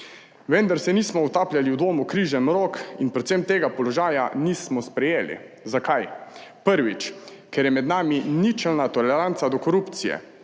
Vendar se nismo utapljali v dvomu križem rok in predvsem tega položaja nismo sprejeli. Zakaj? Prvič, ker je med nami ničelna toleranca do korupcije.